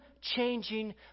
changing